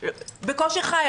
בקושי חי?